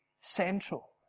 central